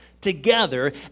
together